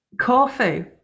Corfu